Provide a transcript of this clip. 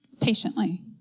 patiently